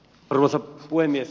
arvoisa puhemies